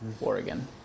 Oregon